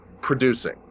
producing